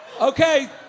Okay